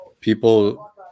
people